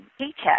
paycheck